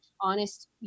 honest